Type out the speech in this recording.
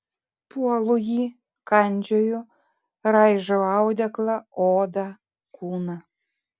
puolu jį kandžioju raižau audeklą odą kūną